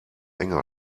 enger